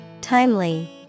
Timely